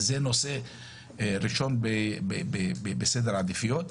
זה נושא ראשון בסדר העדיפויות.